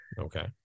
okay